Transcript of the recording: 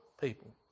people